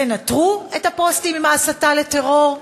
תנטרו את הפוסטים עם ההסתה לטרור,